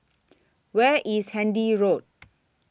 Where IS Handy Road